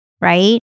right